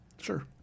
sure